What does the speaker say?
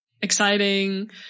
exciting